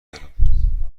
دارم